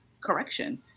correction